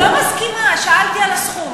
לא מסכימה, שאלתי על הסכום.